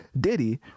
diddy